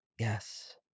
Yes